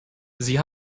sie